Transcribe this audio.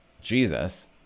Jesus